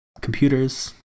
computers